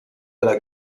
della